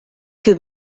que